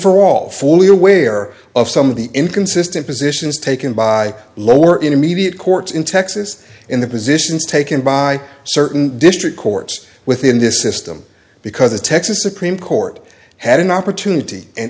for all fully aware of some of the inconsistent positions taken by lower intermediate courts in texas in the positions taken by certain district courts within this system because the texas supreme court had an opportunity an